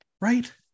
right